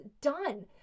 done